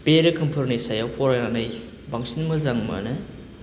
बे रोखोमफोरनि सायाव फरायनानै बांसिन मोजां मोनो